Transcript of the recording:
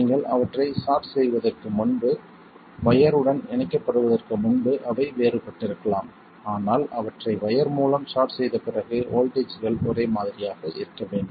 நீங்கள் அவற்றை ஷார்ட் செய்வதற்கு முன்பு வயர் உடன் இணைக்கப்படுவதற்கு முன்பு அவை வேறுபட்டிருக்கலாம் ஆனால் அவற்றை வயர் மூலம் ஷார்ட் செய்த பிறகு வோல்ட்டேஜ்கள் ஒரே மாதிரியாக இருக்க வேண்டும்